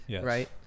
right